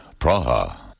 Praha